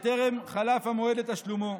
שטרם חלף המועד לתשלומו).